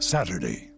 Saturday